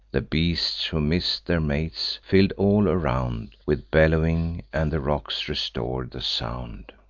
the beasts, who miss'd their mates, fill'd all around with bellowings, and the rocks restor'd the sound.